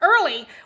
early